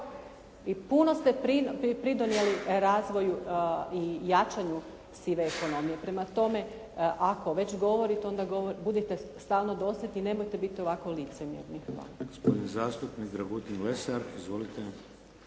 I puno ste pridonijeli razvoju i jačanju sive ekonomije. Prema tome, ako već govorite, onda budite stalno dosljedni, nemojte biti ovako licemjerni.